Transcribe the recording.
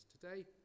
Today